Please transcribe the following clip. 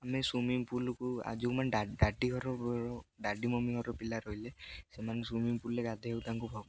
ଆମେ ସୁଇମିଂ ପୁଲ୍କୁ ଆଉ ଯେଉଁମାନେ ଡାଡ଼ି ଘର ଡାଡ଼ି ମମି ଘର ପିଲା ରହିଲେ ସେମାନେ ସୁଇମିଂ ପୁଲ୍ରେ ଗାଧେଇବାକୁ ତାଙ୍କୁ ଭଲ